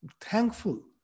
thankful